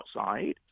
outside